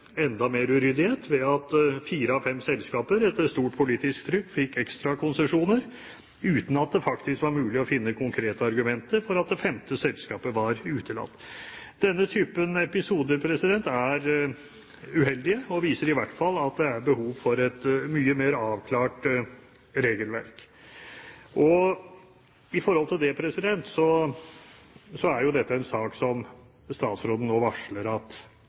enda mer uryddighet ved at fire av fem selskaper etter stort politisk trykk fikk ekstra konsesjoner, uten at det faktisk var mulig å finne konkrete argumenter for at det femte selskapet var utelatt. Denne typen episoder er uheldige og viser i hvert fall at det er behov for et mye mer avklart regelverk. Og når det gjelder det: Dette er jo en sak som statsråden nå varsler at